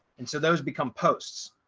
and so those become posts.